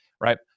Right